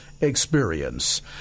Experience